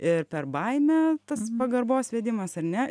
ir per baimę tas pagarbos vedimas ar ne